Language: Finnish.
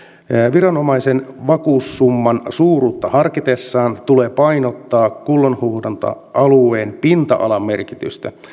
viranomaisen tulee vakuussumman suuruutta harkitessaan painottaa kullanhuuhdonta alueen pinta alan merkitystä